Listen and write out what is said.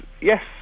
yes